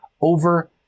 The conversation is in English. over